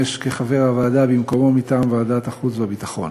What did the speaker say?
כחבר הוועדה במקומו מטעם ועדת החוץ והביטחון.